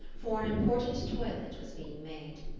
for an important toilet was being made.